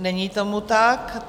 Není tomu tak.